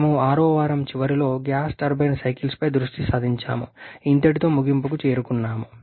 మేము 6వ వారం చివరిలో గ్యాస్ టర్బైన్ సైకిల్స్పై దృష్టి సారించాము ఇంతటితో ముగింపుకు చేరుకున్నాము